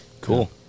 cool